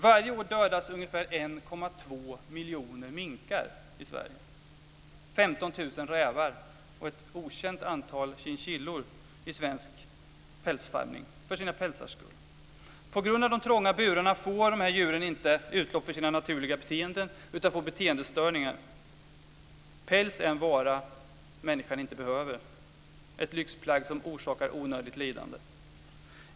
Varje år dödas ungefär 1,2 miljoner minkar i Sverige, 15 000 rävar och ett okänt antal chinchillor i svenska pälsfarmar för sina pälsars skull. På grund av de trånga burarna får dessa djur inte utlopp för sina naturliga beteenden, utan de får beteendestörningar. Päls är en vara människan inte behöver, ett lyxplagg som orsakar onödigt lidande.